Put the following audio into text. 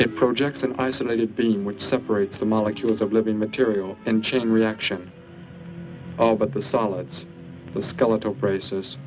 it projects an isolated thing which separates the molecules of living material and chain reaction but the solids the skeletal proces